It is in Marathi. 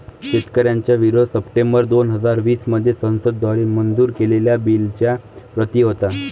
शेतकऱ्यांचा विरोध सप्टेंबर दोन हजार वीस मध्ये संसद द्वारे मंजूर केलेल्या बिलच्या प्रति होता